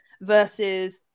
versus